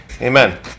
Amen